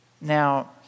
Now